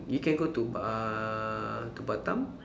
you can go to uh to Batam